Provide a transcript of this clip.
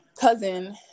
cousin